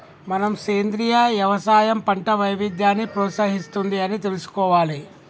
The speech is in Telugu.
మనం సెంద్రీయ యవసాయం పంట వైవిధ్యాన్ని ప్రోత్సహిస్తుంది అని తెలుసుకోవాలి